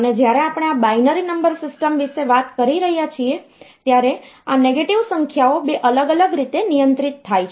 અને જ્યારે આપણે આ બાઈનરી નંબર સિસ્ટમ વિશે વાત કરી રહ્યા છીએ ત્યારે આ નેગેટિવ સંખ્યાઓ 2 અલગ અલગ રીતે નિયંત્રિત થાય છે